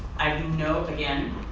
i have no again.